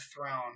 throne